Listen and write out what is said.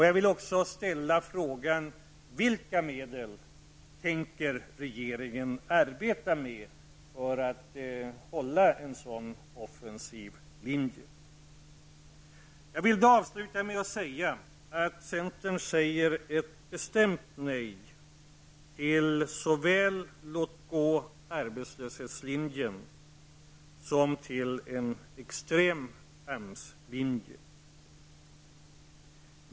Jag vill avsluta med att säga att centern säger ett bestämt nej såväl till låt-gå-arbetslöshetslinjen som till en extrem AMS-linje.